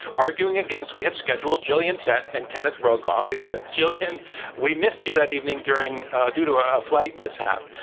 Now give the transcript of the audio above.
arguing against we had scheduled gillian tett and kenneth rogoff, except gillian we missed you that evening during due to a flight mishap.